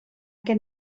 gen